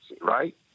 right